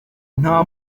nta